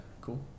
cool